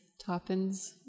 Toppins